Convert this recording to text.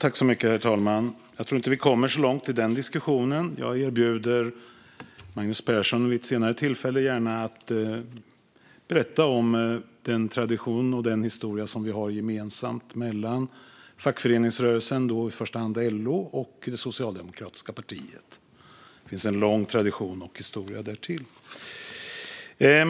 Herr talman! Jag tror inte att vi kommer så långt i den diskussionen. Jag erbjuder mig gärna att vid ett senare tillfälle berätta för Magnus Persson om den långa tradition och historia som fackföreningsrörelsen, i första hand LO, och det socialdemokratiska partiet har gemensamt.